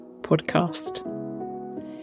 podcast